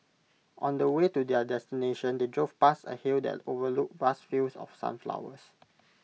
on the way to their destination they drove past A hill that overlooked vast fields of sunflowers